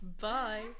Bye